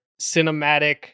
cinematic